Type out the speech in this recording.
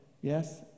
yes